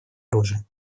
оружия